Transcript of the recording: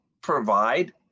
provide